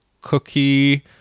cookie